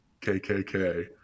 KKK